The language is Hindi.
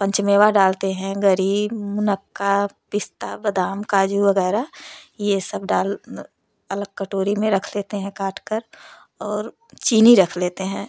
पंचमेवा डालते हैं गिर्री मुनक्का पिस्ता बादाम काजू वगैरह ये सब डाल अलग कटोरी में रख लेते हैं काट कर और चीनी रक लेते हैं